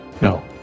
No